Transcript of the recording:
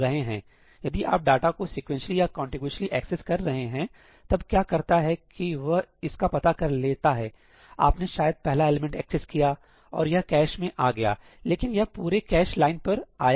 यदि आप डाटा को सीक्वेंसली या कॉन्टिगोअसली एक्सेस कर रहे हैं तब क्या करता है की वह इसका पता कर लेता है आपने शायद पहला एलिमेंट एक्सेस किया और यह कैश में आ गया लेकिन यह पूरे कैश लाइन पर आया है